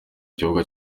kibuga